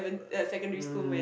um